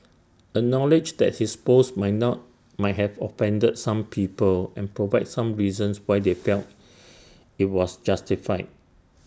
acknowledge that his post might not might have offended some people and provide some reasons why they felt IT was justified